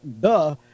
duh